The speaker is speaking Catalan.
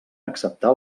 acceptar